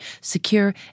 secure